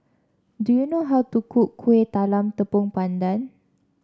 do you know how to cook Kueh Talam Tepong Pandan